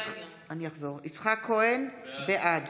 בעד